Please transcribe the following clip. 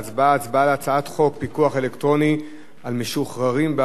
הצבעה על הצעת חוק פיקוח אלקטרוני על משוחררים בערובה